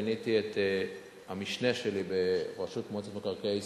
מיניתי את המשנה שלי בראשות מועצת מקרקעי ישראל,